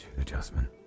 adjustment